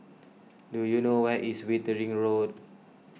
do you know where is Wittering Road